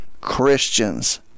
Christians